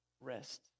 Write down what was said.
rest